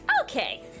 Okay